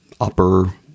upper